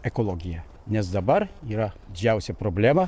ekologija nes dabar yra didžiausia problema